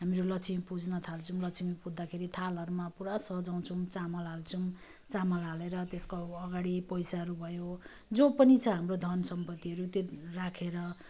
हामीहरू लक्ष्मी पुज्न थाल्छौँ लक्ष्मी पुज्दाखेरि थालहरूमा पुरा सजाउँछौँ चामल हाल्छौँ चामल हालेर त्यसको अब अगाडि पैसाहरू भयो जो पनि छ हाम्रो धन सम्पत्तिहरू त्यो राखेर